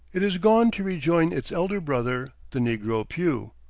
it is gone to rejoin its elder brother, the negro pew.